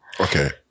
Okay